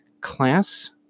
class